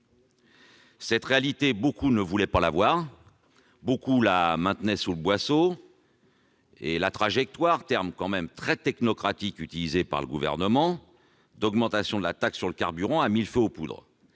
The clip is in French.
Cette réalité, beaucoup ne voulaient pas la voir, beaucoup la maintenaient sous le boisseau. La « trajectoire », terme très technocratique utilisé par le Gouvernement, d'augmentation de la taxe sur le carburant a mis le feu aux poudres.